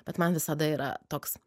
bet man visada yra toks